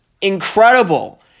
incredible